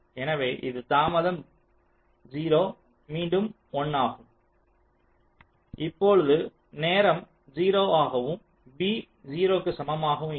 எனவே இது 0 தாமதம் மீண்டும் 1 ஆகும் இப்போது நேரம் 0 ஆகவும் b 0 க்கு சமமாகவும் இருக்கும்